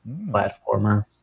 platformer